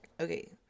Okay